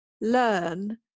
learn